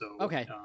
Okay